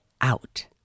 out